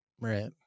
Right